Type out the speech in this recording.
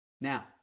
Now